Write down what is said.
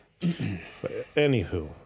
Anywho